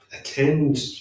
attend